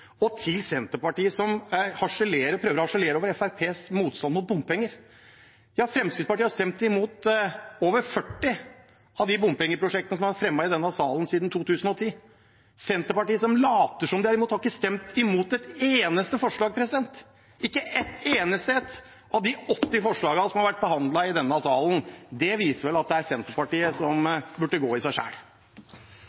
Til Senterpartiet, som prøver å harselere med Fremskrittspartiets motstand mot bompenger: Ja, Fremskrittspartiet har stemt imot over 40 av de bompengeprosjektene som har vært fremmet i denne salen siden 2010. Senterpartiet, som later som om de er imot, har ikke stemt imot et eneste forslag – ikke et eneste ett av de 80 forslagene som har vært behandlet i denne salen. Det viser vel at det er Senterpartiet som